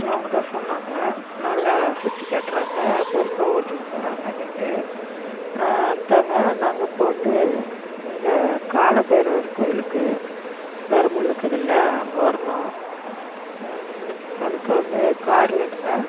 அவங்க தான் சொன்னாங்க நல்லா சுற்றி காட்டுறாங்க பொறுப்பாக ஓட்டினு போறாங்கனுட்டு அதாங்க நாங்கள் இப்போது வந்து இங்கே காலபைரவர் கோவிலுக்கு அங்கே வரணும் அதுக்கு வந்து கார் வேணுங்க